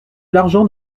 l’argent